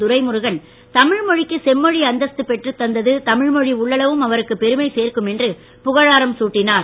துரைமுருகன் தமிழ்மொழிக்கு செம்மொழி அந்தஸ்து பெற்றுத் தந்தது தமிழ்மொழி உள்ளளவும் அவருக்கு பெருமை சேர்க்கும் என்று புகழாரம் சூட்டினார்